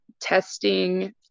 testing